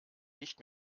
nicht